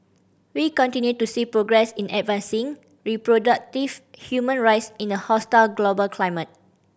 we continue to see progress in advancing reproductive human rights in a hostile global climate